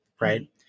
Right